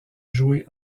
joué